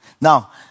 Now